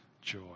joy